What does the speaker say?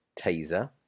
taser